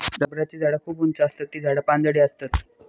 रबराची झाडा खूप उंच आसतत ती झाडा पानझडी आसतत